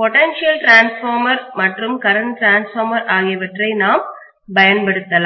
potential transformer மற்றும் current transformer ஆகியவற்றை நாம் பயன்படுத்தலாம்